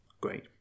Great